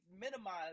minimize